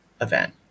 event